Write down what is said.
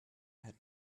had